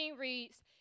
reads